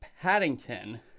Paddington